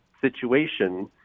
situation